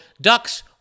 Ducks